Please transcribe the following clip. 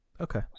Okay